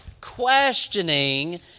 questioning